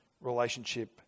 relationship